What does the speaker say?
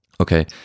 Okay